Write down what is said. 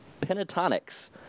pentatonics